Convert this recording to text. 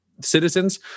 citizens